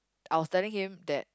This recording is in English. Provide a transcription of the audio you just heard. I was telling him that